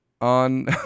on